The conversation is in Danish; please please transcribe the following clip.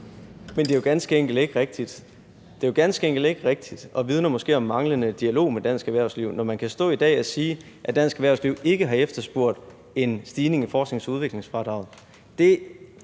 Men det er jo ganske enkelt ikke rigtigt. Det er jo ganske enkelt ikke rigtigt og vidner måske om manglende dialog med dansk erhvervsliv, når man kan stå i dag og sige, at dansk erhvervsliv ikke har efterspurgt en stigning i forsknings- og udviklingsfradraget.